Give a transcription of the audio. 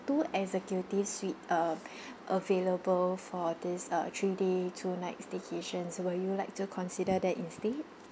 two executive suite uh available for this uh three day two night staycation so will you like to consider that instead